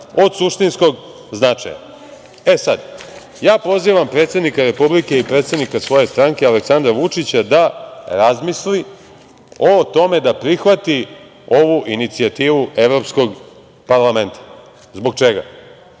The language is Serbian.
od suštinskog značaja. Ja pozivam predsednika Republike i predsednika svoje stranke Aleksandra Vučića da razmisli o tome da prihvati ovu inicijativu evropskog parlamenta. Zbog čega? Mi